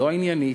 לא עניינית,